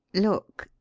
look!